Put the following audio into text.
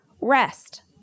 rest